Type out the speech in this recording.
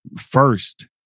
first